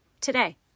Today